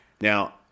Now